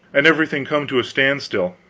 and everything come to a standstill.